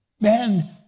Man